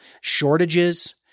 Shortages